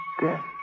death